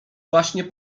właśnie